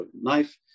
knife